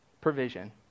provision